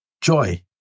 joy